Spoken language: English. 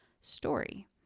story